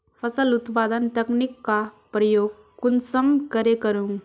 फसल उत्पादन तकनीक का प्रयोग कुंसम करे करूम?